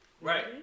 Right